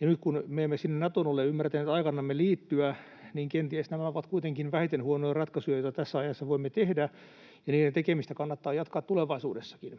Ja nyt kun me emme sinne Natoon ole ymmärtäneet aikanamme liittyä, niin kenties nämä ovat kuitenkin vähiten huonoja ratkaisuja, joita tässä ajassa voimme tehdä, ja niiden tekemistä kannattaa jatkaa tulevaisuudessakin.